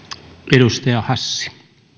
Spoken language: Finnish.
arvoisa